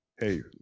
Hey